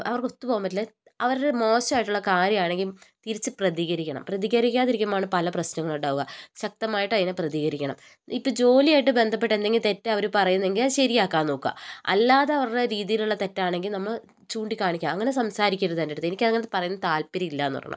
അവർക്ക് ഒത്ത് പോവാൻ പറ്റില്ല അവരടെ മോശായിട്ടുള്ള കാര്യമാണെങ്കിൽ തിരിച്ച് പ്രതികരിക്കണം പ്രതികരിക്കാതിരിക്കമ്പാണ് പല പ്രശ്നങ്ങളും ഉണ്ടാവുക ശക്തമായിട്ട് അതിനെ പ്രതികരിക്കണം ഇപ്പോൾ ജോലിയായിട്ട് ബന്ധപ്പെട്ട എന്തെങ്കിലും തെറ്റവർ പറയുന്നതെങ്കിൽ അത് ശരിയാക്കാൻ നോക്കുക അല്ലാതവരടെ രീതിയിലുള്ള തെറ്റാണെങ്കിൽ നമ്മൾ ചൂണ്ടി കാണിക്കുക അങ്ങനെ സംസാരിക്കരുത് എൻ്റെടുത്ത് എനിക്ക് അങ്ങനത്തെ പറയാൻ താൽപര്യമില്ല എന്ന് പറയണം